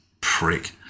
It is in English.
Prick